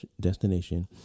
destination